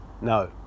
No